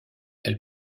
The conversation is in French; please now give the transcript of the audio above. elle